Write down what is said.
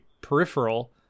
peripheral